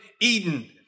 Eden